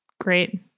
great